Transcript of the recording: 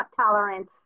tolerance